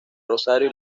rosario